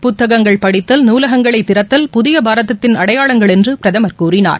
புத்தகங்கள் படித்தல் நூலகங்களை திறத்தல் புதிய பாரதத்தின் அடையாளங்கள் என்று பிரதமர் கூறினார்